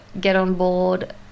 get-on-board